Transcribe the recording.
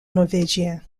norvégien